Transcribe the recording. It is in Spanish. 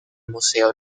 museo